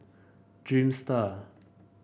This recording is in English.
dreamster